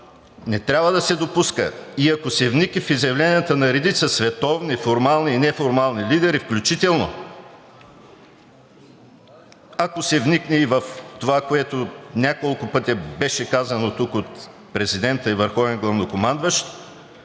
не трябва да се допуска и ако се вникне в изявленията на редица световни формални и неформални лидери включително, ако се вникне и в това, което няколко пъти беше казано тук от президента и върховен главнокомандващ,